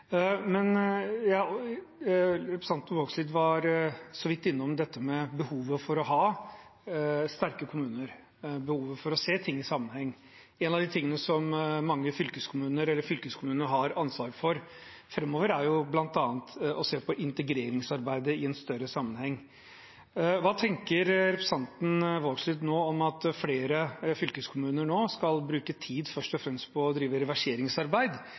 Representanten Vågslid var så vidt innom dette med behovet for å ha sterke kommuner, behovet for å se ting i sammenheng. En av de tingene som fylkeskommunene har ansvar for framover, er bl.a. å se på integreringsarbeidet i en større sammenheng. Hva tenker representanten Vågslid om at flere fylkeskommuner nå først og fremst skal bruke tid på å drive reverseringsarbeid,